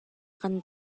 kan